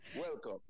Welcome